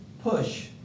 push